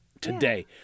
today